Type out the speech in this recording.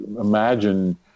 imagine